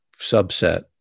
subset